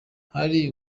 hari